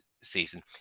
season